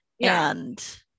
and-